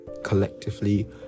collectively